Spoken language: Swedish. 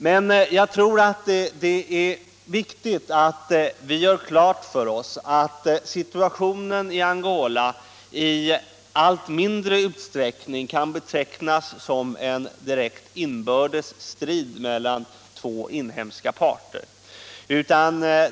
Men jag tror att det är viktigt att vi gör klart för oss att situationen i Angola i allt mindre utsträckning kan betecknas som en direkt inbördes strid mellan två inhemska parter.